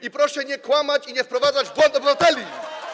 I proszę nie kłamać, i nie wprowadzać w błąd obywateli.